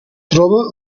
troba